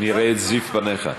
נראה את זיו פניך.